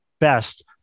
best